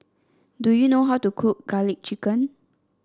do you know how to cook garlic chicken